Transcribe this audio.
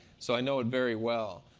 so i know it very well.